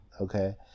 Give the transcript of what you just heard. okay